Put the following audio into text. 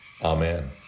Amen